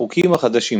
החוקים החדשים